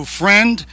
friend